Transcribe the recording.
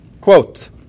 quote